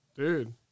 Dude